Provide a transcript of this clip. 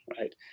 right